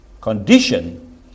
condition